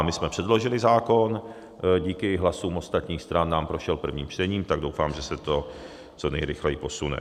My jsme předložili zákon, díky hlasům ostatních stran nám prošel prvním čtením, tak doufám, že se to co nejrychleji posune.